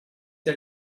der